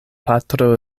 patro